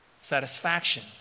satisfaction